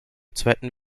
zweiten